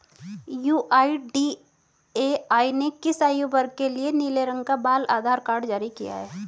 UIDAI ने किस आयु वर्ग के लिए नीले रंग का बाल आधार कार्ड जारी किया है?